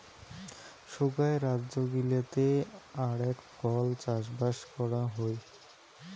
সোগায় রাজ্য গিলাতে আরাক ফল চাষবাস করাং হই